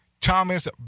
Thomas